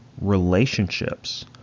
relationships